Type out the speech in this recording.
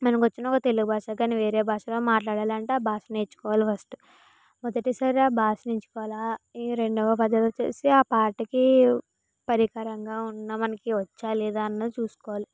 మనకు వచ్చిన తెలుగు భాషలో కానీ వేరే భాషలో మాట్లాడాలి అంటే ఆ భాష నేర్చుకోవాలి ఫస్ట్ మొదటిసారి ఆ భాష నేర్చుకోవాలి ఈ రెండవ పని వచ్చి ఆ పాటకి పరికరంగా ఉన్న మనకి వచ్చా లేదా అన్నది చూసుకోవాలి